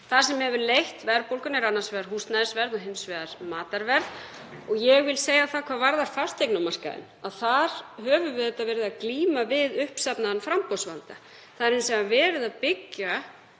Það sem hefur leitt verðbólguna er annars vegar húsnæðisverð og hins vegar matarverð. Ég vil segja hvað varðar fasteignamarkaðinn að þar höfum við verið að glíma við uppsafnaðan framboðsvanda. Það er hins vegar verið að byggja